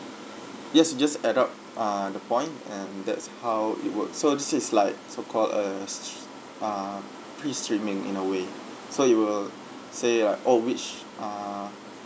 yes you just add up ah the point and that's how it works so this is like so called a str~ ah pre streaming in a way so it will say uh oh which ah